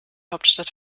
hauptstadt